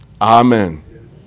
Amen